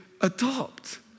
adopt